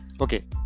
Okay